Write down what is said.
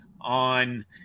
on